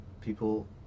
people